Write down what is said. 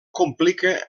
complica